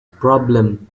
problem